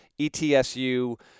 ETSU